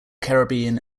caribbean